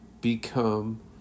become